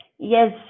Yes